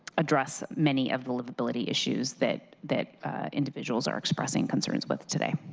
address many of the livability issues that that individuals are expressing concerns with today.